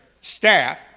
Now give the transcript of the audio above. staff